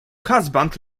husband